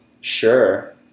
Sure